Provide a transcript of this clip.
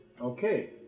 Okay